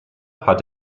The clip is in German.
hat